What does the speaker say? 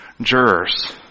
jurors